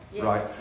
Right